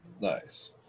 Nice